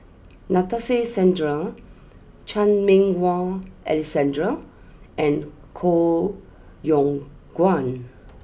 Nadasen Chandra Chan Meng Wah Alexander and Koh Yong Guan